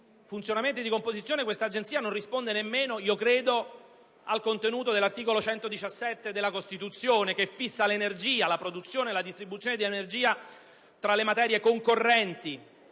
funzionamento e composizione, l'Agenzia non risponde nemmeno - io credo - al contenuto dell'articolo 117 della Costituzione, che colloca la produzione e la distribuzione di energia tra le materie di